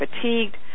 fatigued